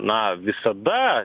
na visada